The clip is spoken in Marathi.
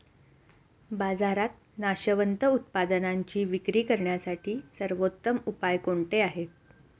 बाजारात नाशवंत उत्पादनांची विक्री करण्यासाठी सर्वोत्तम उपाय कोणते आहेत?